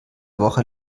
woche